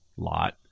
Lot